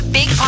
Big